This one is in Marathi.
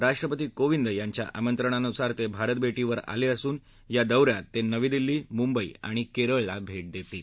राष्ट्रपती कोविद यांच्या आमंत्रणानुसार ते भारत भेटीवर आले असून या दौऱ्यात ते नवी दिल्ली मुंबई आणि केरळला भेट देतील